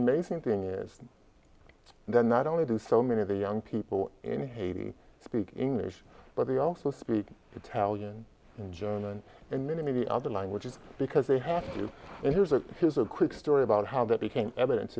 amazing thing is then not only do so many of the young people in haiti speak english but they also speak italian in german and many other languages because they have to and here's a here's a quick story about how that became eviden